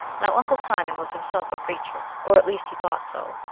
now uncle simon was himself a preacher, or at least he thought so,